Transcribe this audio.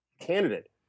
candidate